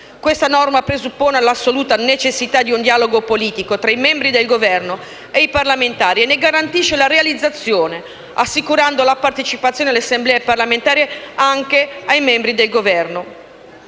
Questa norma presuppone l'assoluta necessità di un dialogo politico tra i membri del Governo e i parlamentari e ne garantisce la realizzazione, assicurando la partecipazione alle Assemblee parlamentari anche ai membri del Governo.